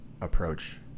approach